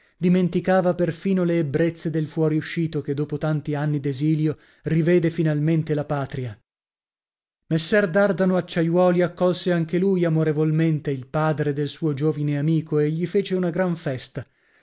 dimenticava perfino le ebbrezze del fuoruscito che dopo tanti anni d'esilio rivede finalmente la patria messer dardano acciaiuoli accolse anche lui amorevolmente il padre del suo giovine amico e gli fece gran festa